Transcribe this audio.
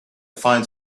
find